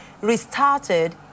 restarted